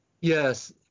Yes